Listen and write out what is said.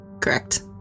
Correct